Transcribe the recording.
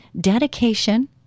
dedication